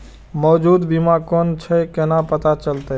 मौजूद बीमा कोन छे केना पता चलते?